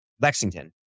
Lexington